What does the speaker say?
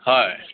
হয়